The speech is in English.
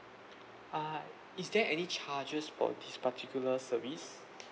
uh is there any charges for this particular service